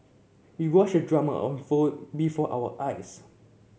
we watched the drama unfold before our eyes